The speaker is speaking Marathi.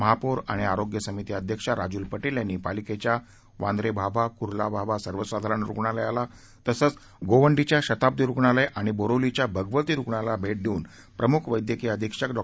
महापौर आणि आरोग्य समिती अध्यक्षा राजुल पटेल यांनी पालिकेच्या वांद्रे भाभा कुर्ला भाभा सर्वसाधारण रुग्णालयाला तसंच गोवंडीच्या शताब्दी रुग्णालय आणि बोरिवलीच्या भगवती रुग्णालयाला भेट देऊन प्रमुख वद्धक्रीय अधीक्षक डॉ